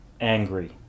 angry